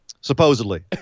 supposedly